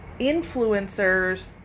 influencers